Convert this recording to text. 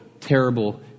terrible